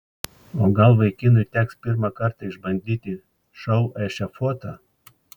o gal vaikinui teks pirmą kartą išbandyti šou ešafotą